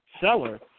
seller